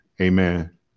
Amen